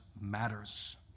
matters